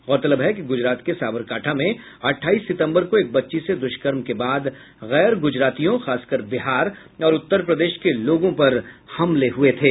गौरतलब है कि गुजरात के साबरकांठा में अठाइस सितम्बर को एक बच्ची से दुष्कर्म के बाद गैर गुजरातियों खासकर बिहार और उत्तर प्रदेश के लोगों पर हमले हुए थे